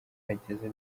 hageze